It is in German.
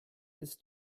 ist